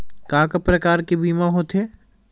का का प्रकार के बीमा होथे?